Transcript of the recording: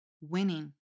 Winning